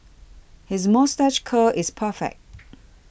his moustache curl is perfect